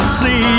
see